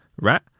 right